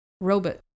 robot